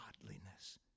godliness